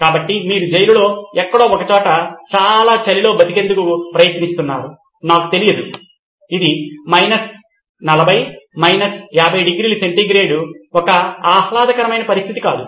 కాబట్టి మీరు జైలులో ఎక్కడో ఒకచోట ఈ చాలా చలిలో బతికేందుకు ప్రయత్నిస్తున్నారు నాకు తెలియదు 40 50 ° C ఒక ఆహ్లాదకరమైన పరిస్థితి కాదు